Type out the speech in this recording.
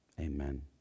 Amen